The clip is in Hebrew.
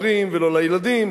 לא להורים ולא לילדים,